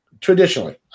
Traditionally